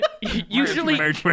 usually